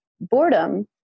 boredom